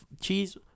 cheese